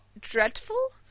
dreadful